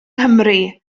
nghymru